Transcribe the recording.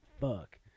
fuck